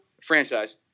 franchise